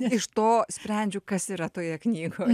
iš to sprendžiu kas yra toje knygoje